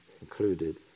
included